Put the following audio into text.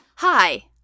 Hi